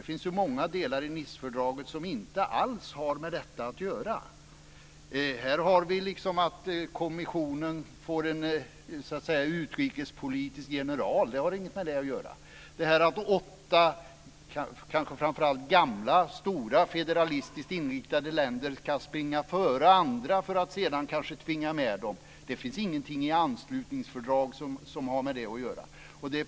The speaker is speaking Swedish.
Det finns ju många delar i Nicefördraget som inte alls har med detta att göra. Det handlar om att kommissionen får en utrikespolitisk general. Det har inget med detta att göra. Det handlar om att åtta och kanske framför allt gamla stora federalistiskt inriktade länder kan springa före andra för att sedan kanske tvinga med dem. Det finns ingenting i anslutningsfördraget som har med det att göra.